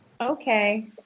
Okay